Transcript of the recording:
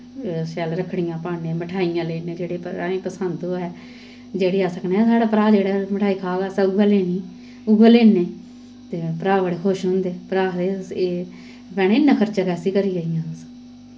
अ शैल रक्खड़ियां पान्नें मठेआइयां लेन्नें जेह्ड़े भ्राएं गी पसिंद होऐ जेह्ड़ी अस आखने ना जेह्ड़ी साढ़ा भ्राऽ जेह्ड़ा मठेआई खाग असें उ'ऐ लेनी उ'ऐ लेन्नें ते भ्राऽ बड़े खुश होंदे भ्राऽ आखदे एह् भैने इन्ना खर्चा कैस्सी करी आइयां तुस